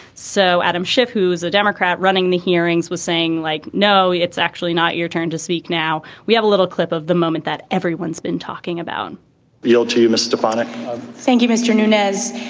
so adam schiff, who's a democrat running the hearings, was saying like, no, it's actually not your turn to speak. now, we have a little clip of the moment that everyone's been talking about yield to mr. pandit thank you, mr. nunez.